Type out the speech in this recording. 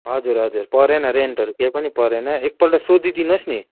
हजुर हजुर परेन रेन्टहरू केही पनि परेन एकपल्ट सोधिदिनु होस् नि